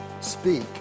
speak